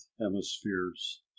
hemispheres